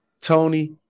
Tony